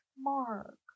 Mark